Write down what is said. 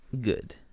good